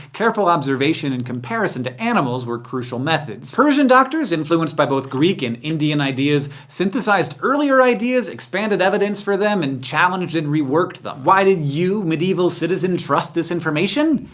careful observation and comparison to animals were crucial methods. persian doctors, influenced by both greek and indian ideas, synthesized earlier ideas, expanded evidence for them, and challenged and reworked them. why did you, medieval citizen, trust this information?